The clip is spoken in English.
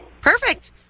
Perfect